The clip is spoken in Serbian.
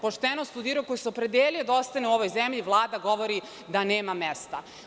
Pošteno studirao i koji se opredelio da ostane u ovoj zemlji, Vlada govori da nema mesta.